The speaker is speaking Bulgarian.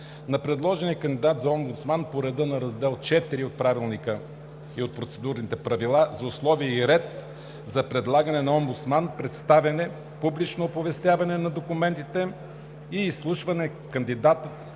на предложения кандидат за омбудсман по реда на Раздел IV от Процедурните правила за условията и реда за предлагане на омбудсман, представяне, публично оповестяване на документите и изслушване на кандидатите